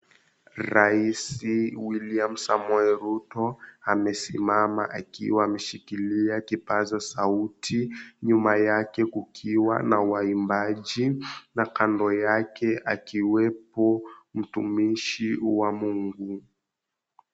Rais William Samoei Ruto amesimama akiwa ameshikilia kipaza sauti, nyuma yake kukiwa na waimbaji, na kando yake akiwepo mtumishi wa Mungu.